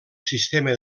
sistema